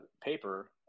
paper